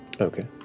Okay